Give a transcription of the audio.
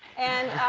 and.